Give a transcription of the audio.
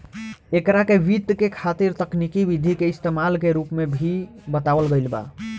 एकरा के वित्त के खातिर तकनिकी विधि के इस्तमाल के रूप में भी बतावल गईल बा